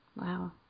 Wow